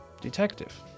detective